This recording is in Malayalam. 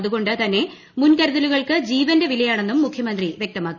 അതുകൊണ്ട് തന്നെ മുൻകരുതലുകൾക്ക് ജീവന്റെ വിലയാണെന്നും മുഖ്യമന്ത്രി വ്യക്തമാക്കി